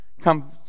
come